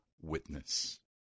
witness